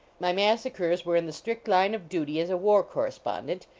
my massacres were in the strict line of duty as a war correspondent,